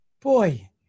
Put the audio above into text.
boy